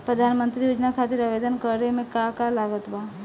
प्रधानमंत्री योजना खातिर आवेदन करे मे का का लागत बा?